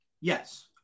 Yes